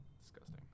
Disgusting